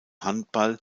handball